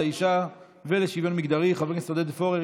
האישה ולשוויון מגדרי חבר הכנסת עודד פורר.